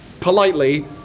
politely